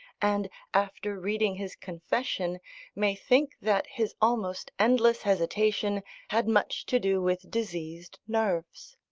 and after reading his confession may think that his almost endless hesitation had much to do with diseased nerves.